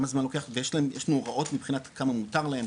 ויש לנו הוראות מבחינת כמה מותר להם,